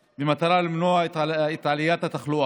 בהתאם לתנאי התו הסגול במטרה למנוע את עליית התחלואה.